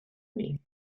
enemy